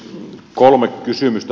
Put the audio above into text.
kolme kysymystä